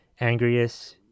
angriest